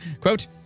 quote